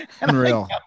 unreal